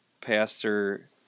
Pastor